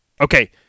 Okay